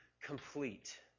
complete